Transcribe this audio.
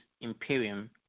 imperium